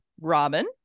robin